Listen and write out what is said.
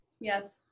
Yes